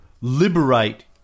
liberate